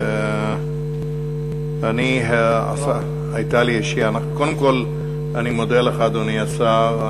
אני מודה לך, אדוני השר.